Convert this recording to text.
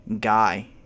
guy